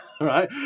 right